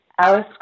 Alice